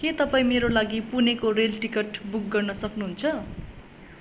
के तपाईँ मेरो लागि पुणेको रेल टिकट बुक गर्न सक्नुहुन्छ